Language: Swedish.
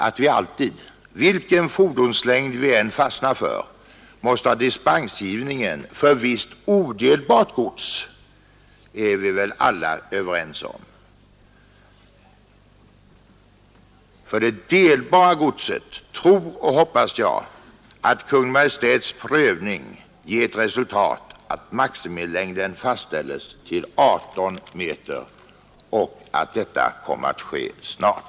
Att vi alltid, vilken fordonslängd vi än fastnar för, måste ha dispensgivning för visst odelbart gods är vi väl alla överens om. För det delbara godset tror och hoppas jag att Kungl. Maj:ts prövning ger till resultat att maximilängden fastställes till 18 meter och att detta sker snart.